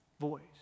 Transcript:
voice